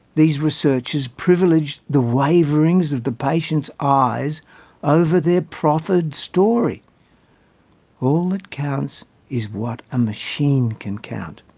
these researchers privilege the waverings of the patient's eyes over their proffered story all that counts is what a machine can count,